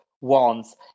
wants